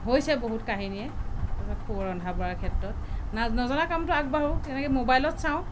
হৈছে বহুত কাহিনী ৰন্ধা বঢ়াৰ ক্ষেত্ৰত নজনা কামটোত আগবাঢ়ো তেনেকৈ ম'বাইলত চাওঁ